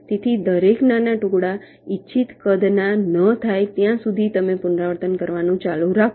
તેથી દરેક નાના ટુકડા ઇચ્છિત કદના ન થાય ત્યાં સુધી તમે પુનરાવર્તન કરવાનું ચાલુ રાખો